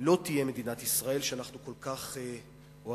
לא תהיה מדינת ישראל שאנחנו כל כך אוהבים